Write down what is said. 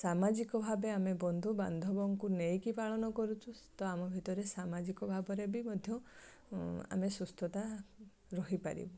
ସାମାଜିକ ଭାବେ ଆମେ ବନ୍ଧୁବାନ୍ଧବଙ୍କୁ ନେଇକି ପାଳନ କରୁଛୁ ତ ଆମ ଭିତରେ ସାମାଜିକ ଭାବରେ ବି ମଧ୍ୟ ଆମେ ସୁସ୍ଥତା ରହିପାରିବୁ